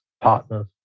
partners